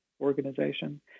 organization